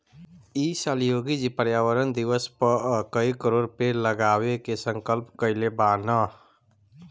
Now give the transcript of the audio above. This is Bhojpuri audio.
इ साल योगी जी पर्यावरण दिवस पअ कई करोड़ पेड़ लगावे के संकल्प कइले बानअ